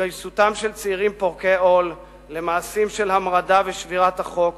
להתגייסותם של צעירים פורקי עול למעשים של המרדה ושבירת החוק